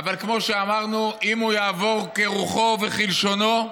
אבל כמו שאמרנו, אם הוא יעבור כרוחו וכלשונו,